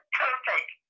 perfect